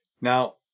Now